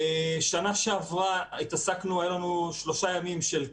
בשנה שעברה היו לנו שלושה ימים של קרה,